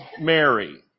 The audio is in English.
Mary